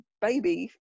baby